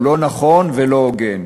הוא לא נכון ולא הוגן.